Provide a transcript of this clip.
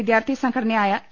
വിദ്യാർത്ഥി സംഘടനയായ എ